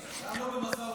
גם לא במשא ומתן.